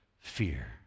fear